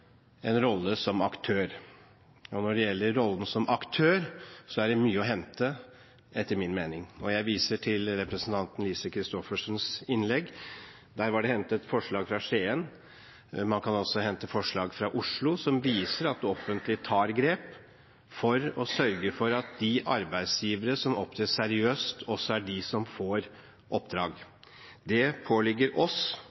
en rolle som aktør. Og når det gjelder rollen som aktør, er det mye å hente, etter min mening. Jeg viser til representanten Lise Christoffersens innlegg. Der var det hentet forslag fra Skien. Man kan også hente forslag fra Oslo som viser at det offentlige tar grep for å sørge for at de arbeidsgivere som opptrer seriøst, også er de som får